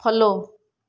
follow